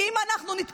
-- אם אנחנו נתפוס,